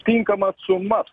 tinkamas sumas